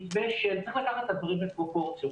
צריך לקחת את הדברים בפרופורציות.